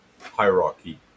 hierarchy